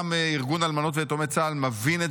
גם ארגון אלמנות ויתומי צה"ל מבין את